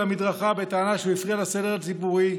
המדרכה בטענה שהוא הפריע לסדר הציבורי.